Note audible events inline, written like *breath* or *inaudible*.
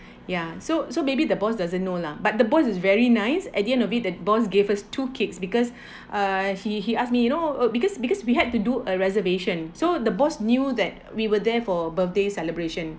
ya so so maybe the boss doesn't know lah but the boss is very nice at the end of it the boss gave us two cakes because *breath* uh he he asked me you know oh because because we had to do a reservation so the boss knew that we were there for birthday celebration